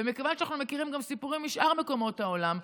ומכיוון שאנחנו מכירים גם סיפורים משאר מקומות העולם,